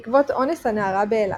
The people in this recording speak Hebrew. בעקבות אונס הנערה באילת.